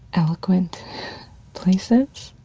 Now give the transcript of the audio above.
eloquent places,